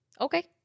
Okay